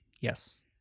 yes